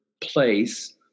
place